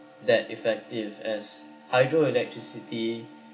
that effective as hydroelectricity